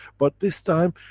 but this time,